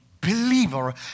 believer